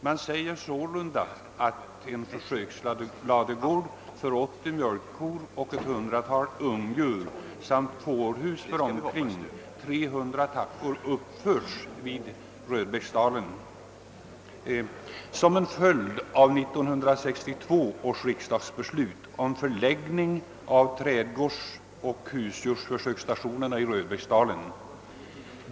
Man säger sålunda att en försöksladugård för 80 mjölkkor och ett 100-tal ungdjur samt fårhus för omkring 300 tackor uppförts vid Röbäcksdalen som en följd av 1962 års riksdagsbeslut om förläggning av trädgårdsoch husdjursförsöksstationerna till Röbäcksdalen.